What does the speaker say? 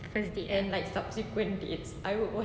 first date ya